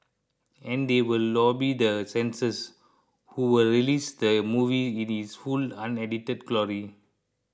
and they will lobby the censors who will release the movie in its full unedited glory